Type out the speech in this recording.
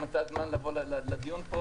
מצאה זמן לבוא לדיון הזה.